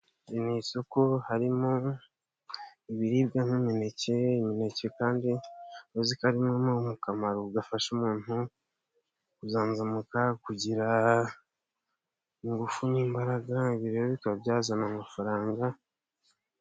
Iri ni isoko harimo ibiribwa nk'imineke, imineke kandi uzi ko harimo akamaro gafasha umuntu kuzanzamuka kugira ingufu n'imbaraga, Ibi rero bikaba byazana amafaranga.